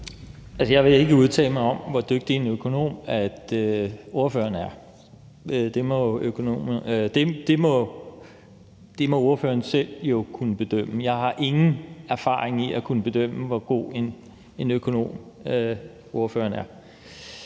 Jeg vil ikke udtale mig om, hvor dygtig en økonom ordføreren er. Det må ordføreren jo selv kunne bedømme. Jeg har ingen erfaring i forhold til at kunne bedømme, hvor god en økonom ordføreren er.